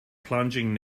plunging